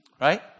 Right